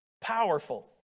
Powerful